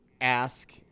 ask